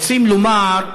רוצים לומר,